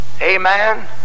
amen